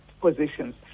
positions